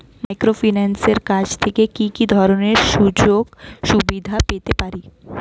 মাইক্রোফিন্যান্সের কাছ থেকে কি কি ধরনের সুযোগসুবিধা পেতে পারি?